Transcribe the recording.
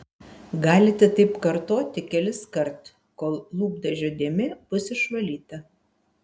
galite taip kartoti keliskart kol lūpdažio dėmė bus išvalyta